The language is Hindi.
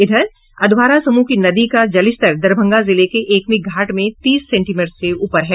इधर अधवारा समूह की नदी का जलस्तर दरभंगा जिले के एकमी घाट में तीस सेंटीमीटर से ऊपर है